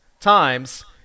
Times